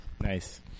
nice